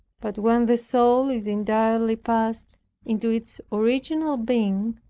but when the soul is entirely passed into its original being,